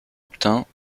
obtint